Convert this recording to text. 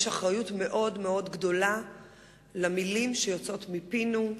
יש אחריות מאוד גדולה למלים שיוצאות מפינו,